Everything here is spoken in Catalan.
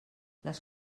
les